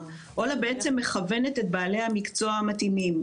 עולא מכוונת את בעלי המקצוע המתאימים.